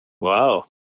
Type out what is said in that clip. Wow